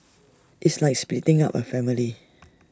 it's like splitting up A family